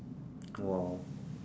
!wow!